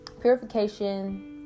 purification